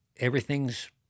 everything's –